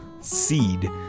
seed